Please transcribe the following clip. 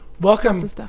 Welcome